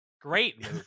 great